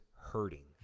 hurting